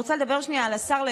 שרק,